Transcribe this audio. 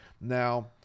Now